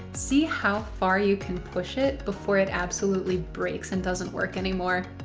see how far you can push it before it absolutely breaks and doesn't work anymore.